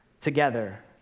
together